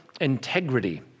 integrity